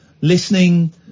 listening